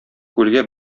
күлгә